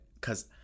cause